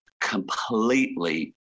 completely